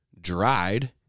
dried